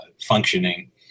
functioning